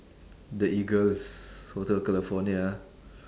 the eagles hotel california